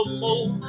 more